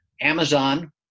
Amazon